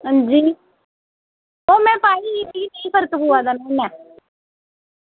अंजी ओह् में खाई ही मिगी नेईं फर्क पोआ दा ओह्दे कन्नै